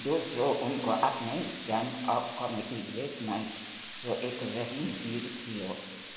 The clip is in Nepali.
दोस्रो उनको आफ्नै stand up comedy late night show एक रहिन वीर थियो